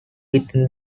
within